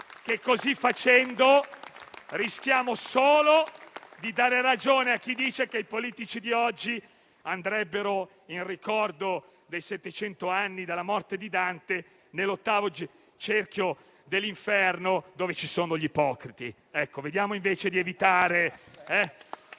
Così facendo, rischiamo solo di dare ragione a chi dice che i politici di oggi andrebbero (in ricordo dei settecento anni dalla morte di Dante) nell'ottavo cerchio dell'Inferno, dove ci sono gli ipocriti. Le persone dovrebbero evitare